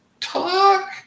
talk